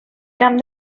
camp